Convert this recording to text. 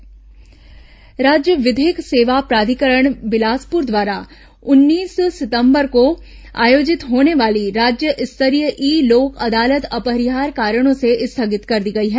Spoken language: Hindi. लोक अदालत स्थगित राज्य विधिक सेवा प्राधिकरण बिलासपुर द्वारा उन्नीस सितंबर को आयोजित होने वाली राज्य स्तरीय ई लोक अदालत अपरिहार्य कारणों से स्थगित कर दी गई है